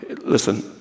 listen